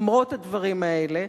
למרות הדברים האלה,